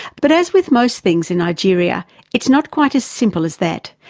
but as with most things in nigeria it's not quite as simple as that,